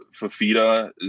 Fafita